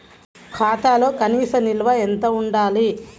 ఖాతాలో కనీస నిల్వ ఎంత ఉండాలి?